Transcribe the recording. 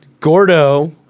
Gordo